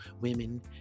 women